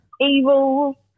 evil